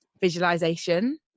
visualization